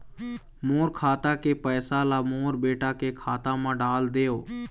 मोर खाता के पैसा ला मोर बेटा के खाता मा डाल देव?